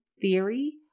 theory